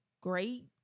great